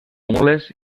mules